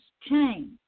change